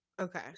okay